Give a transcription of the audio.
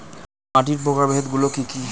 মাটির প্রকারভেদ গুলো কি কী?